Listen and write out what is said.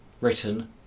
written